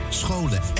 scholen